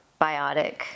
biotic